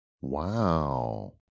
Wow